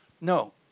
no